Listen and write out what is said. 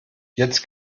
jetzt